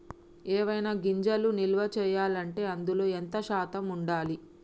ఏవైనా గింజలు నిల్వ చేయాలంటే అందులో ఎంత శాతం ఉండాలి?